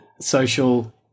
social